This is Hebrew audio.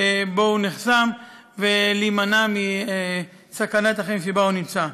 שבו הוא נחסם, ולהימנע מסכנת החיים שבה הוא נמצא.